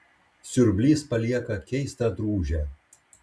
siurblys palieka keistą drūžę